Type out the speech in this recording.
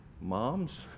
moms